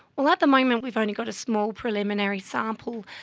well, at the moment we've only got a small preliminary sample,